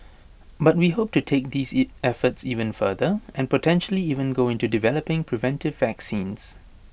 but we hope to take these E efforts even further and potentially even go into developing preventive vaccines